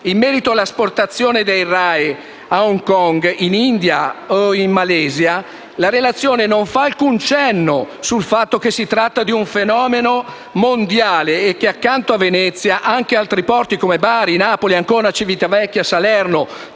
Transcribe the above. In merito all'esportazione dei RAEE a Hong Kong, in India e in Malesia, la relazione non fa alcun cenno sul fatto che si tratta di un fenomeno mondiale e che, accanto a Venezia, anche altri porti come Bari, Napoli, Ancona, Civitavecchia, Salerno,